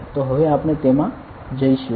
તો હવે આપણે તેમાં જઈશું